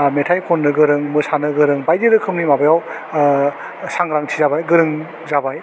आह मेथाइ खन्नो गोरों मोसानो गोरों बायदि रोखोमनि माबायाव आह सांग्रांथि जाबाय गोरों जाबाय